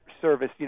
service